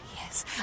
Yes